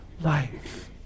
life